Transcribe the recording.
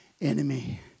enemy